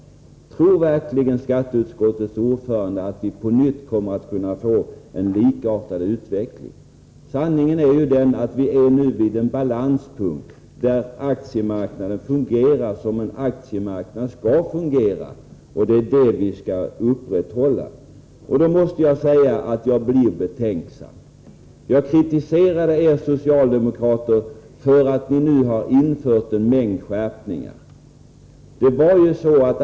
Tror verkligen skatteutskottets ordförande att vi på nytt kommer att kunna få en likartad utveckling? Sanningen är den att vi nu är vid en balanspunkt där aktiemarknaden fungerar som en sådan skall fungera. Det förhållandet skall vi upprätthålla. Men jag måste säga att jag blir betänksam. Jag kritiserade er socialdemokrater för att ni har infört en mängd skärpningar.